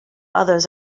others